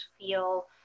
feel